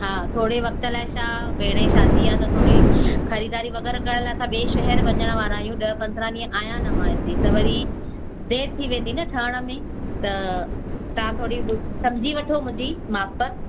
हा थोरे वक़्त लाइ छा भेण जी शादी आहे त थोरी ख़रीदारी वग़ैरह करण लाइ असां ॿिएं शहर वञिणा वारा आहियूं ॾह पंद्रहां ॾींहं आहियां न मां हिते त वरी देरि थी वेंदी न ठहण में त तव्हां थोरी समुझी वठो मुंहिंजी माप